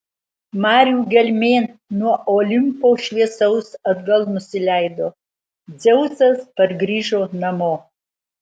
marių gelmėn nuo olimpo šviesaus atgal nusileido dzeusas pargrįžo namo